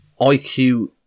iq